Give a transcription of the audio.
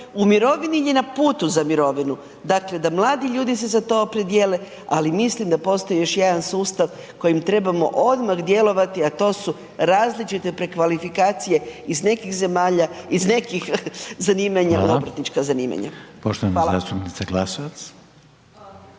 u mirovini ili je na putu za mirovinu? Dakle, da mladi ljudi se za to opredijele, ali mislim da postoji još jedan sustav kojem trebamo odmah djelovati, a to su različite prekvalifikacije iz nekih zemalja, iz nekih zanimanja u obrtnička .../Upadica Reiner: Hvala./... zanimanja.